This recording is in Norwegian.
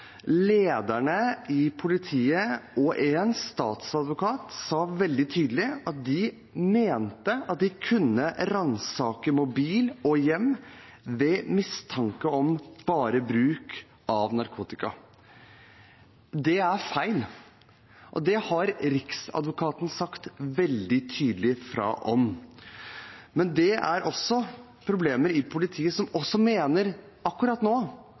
Lederne i politiet og en statsadvokat sa veldig tydelig at de mente at de kunne ransake mobil og hjem bare ved mistanke om bruk av narkotika. Det er feil, og det har Riksadvokaten sagt veldig tydelig fra om. Men det er et problem når politiet mener, akkurat nå,